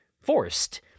forced